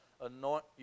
anoint